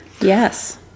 yes